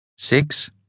Six